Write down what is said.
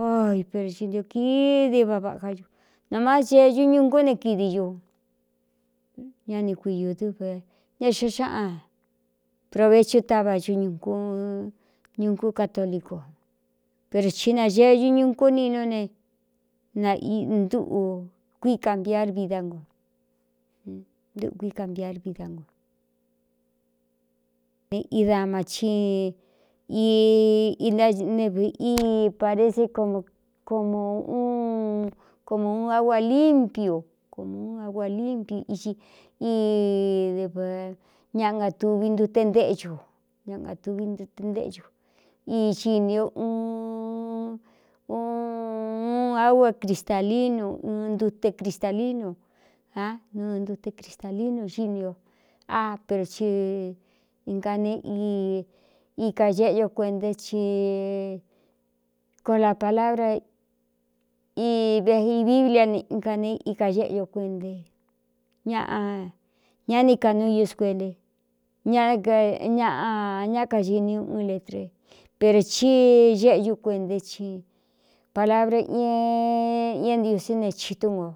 oi per iniō kidi va vaá ñu na máá ceeñu ñungú ne kidi ñu ñáni kuiūdɨ́ve ña xa xáꞌan proveciú táva cu ñúñukú catolico pero chi nageeñu ñuꞌkú ninú ne nnꞌu kuíi kaniar vidá no ntɨkui kamiar vída no ne i dama ci ianev í pare ce ko ukomū ūun aua limpiu komu ūun aguā limpiu ii d ñaꞌ ngatuvi ntute ntéhu ña ngatuvi ntte ntécu o ii chi iní o uun ūu agua cristalinu ūɨn ntute cristalinu á nɨɨ ntute cristalinu xini o á per ci inga ne íka geꞌe yo kuenté ci kon la palabra i veivivlia neikane ika éꞌeño kuene ñaꞌa ñáni kanuu iú scuele ñaꞌa ñá kaxiní ú un letra pero chí géꞌeñú kuentaé i palabra ññá ntiosé ne chitú nga ō.